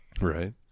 right